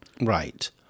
right